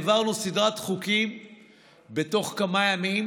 העברנו סדרת חוקים בתוך כמה ימים,